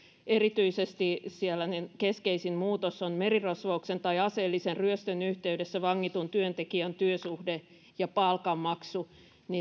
erityisesti siellä keskeisin muutos on merirosvouksen tai aseellisen ryöstön yhteydessä vangitun työntekijän työsuhteen ja palkanmaksun